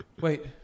Wait